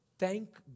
Thank